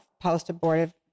post-abortive